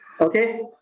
okay